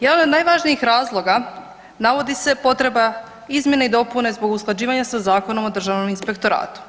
Jedan od najvažnijih razloga navodi se potreba izmjene i dopune zbog usklađivanja sa Zakonom o Državnom inspektoratu.